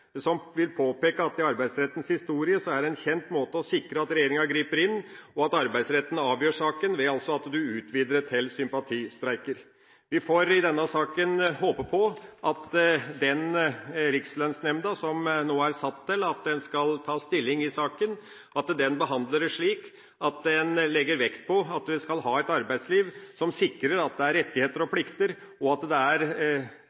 som vil påpeke at i arbeidsrettens historie er det en kjent måte å sikre at regjeringa griper inn på – og at arbeidsretten avgjør saken – at en utvider til sympatistreiker. Vi får i denne saken håpe at den rikslønnsnemnda som nå er satt til å ta stilling til saken, behandler det slik at en legger vekt på at en skal ha et arbeidsliv som sikrer at det er rettigheter og